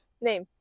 name